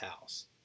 house